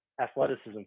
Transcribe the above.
athleticism